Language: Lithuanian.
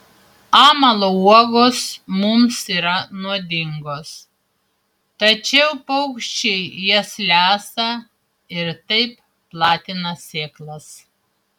amalo uogos mums yra nuodingos tačiau paukščiai jas lesa ir taip platina sėklas